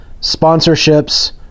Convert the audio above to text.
sponsorships